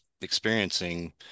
experiencing